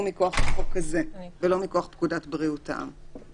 מכוח החוק הזה ולא מכוח פקודת בריאות העם.